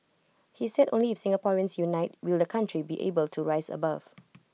he said only if Singaporeans unite will the country be able to rise above